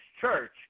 church